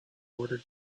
order